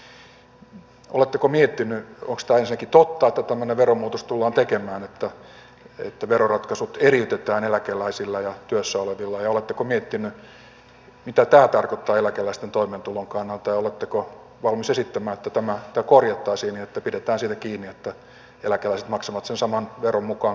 onko tämä ensinnäkin totta että tämmöinen veromuutos tullaan tekemään että veroratkaisut eriytetään eläkeläisillä ja työssä olevilla ja oletteko miettineet mitä tämä tarkoittaa eläkeläisten toimeentulon kannalta ja oletteko valmiita esittämään että tämä korjattaisiin ja että pidetään siitä kiinni että eläkeläiset maksavat sen saman veron mukaan kuin työssä olevat